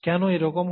কেন এরকম হয়